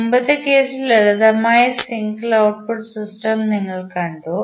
മുമ്പത്തെ കേസിൽ ലളിതമായ സിംഗിൾ ഔട്ട്പുട്ട് സിസ്റ്റം നിങ്ങൾ കണ്ടു